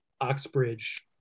Oxbridge